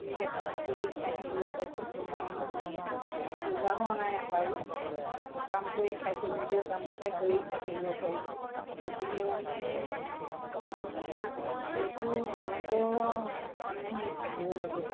আমি এতিয়া কাম কৰি খাই থাকিব পাৰিছোঁ কোনেও মানে আমাৰ বোজা হোৱা নাই কাৰো কাম কৰি খাইছোঁ নিজেও কামকেইটা কৰি খাই থাকিব পাৰিছোঁ গতিকে মানে মই ভাবোঁ এইটো গভৰ্ণমেণ্টৰ মানে হেৰি থাকিব লাগে